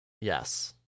Yes